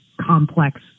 complex